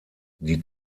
die